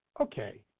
okay